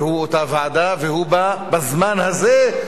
והוא בא בזמן הזה,